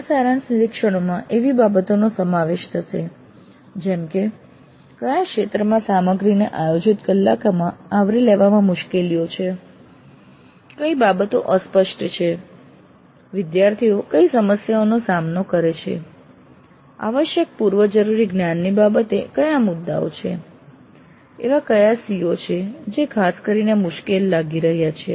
આ સારાંશ નિરીક્ષણોમાં એવી બાબતોનો સમાવેશ થશે જેમ કે કયા ક્ષેત્રમાં સામગ્રીને આયોજિત કલાકોમાં આવરી લેવામાં મુશ્કેલીઓ છે કઈ બાબતો અસ્પષ્ટ છે વિદ્યાર્થીઓ કઈ સમસ્યાઓનો સામનો કરે છે આવશ્યક પૂર્વજરૂરી જ્ઞાનની બાબતે કયા મુદ્દાઓ છે એવા કયા CO છે જે ખાસ કરીને મુશ્કેલ લાગી રહ્યા છે